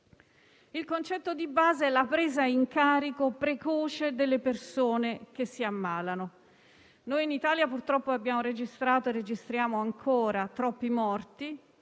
Il concetto di base è la presa in carico precoce delle persone che si ammalano. In Italia, purtroppo, abbiamo registrato e registriamo ancora troppi morti;